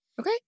Okay